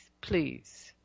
please